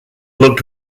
looked